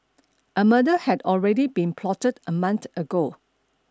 a murder had already been plotted a month ago